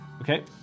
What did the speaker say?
Okay